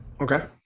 Okay